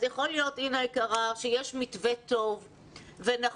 יכול להיות, אינה יקרה, שיש מתווה טוב ונכון.